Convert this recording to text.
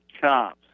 chops